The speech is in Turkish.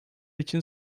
için